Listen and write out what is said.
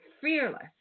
fearless